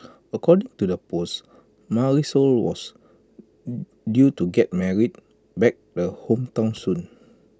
according to the post Marisol was due to get married back the hometown soon